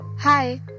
Hi